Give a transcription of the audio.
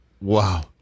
Wow